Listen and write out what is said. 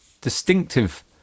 distinctive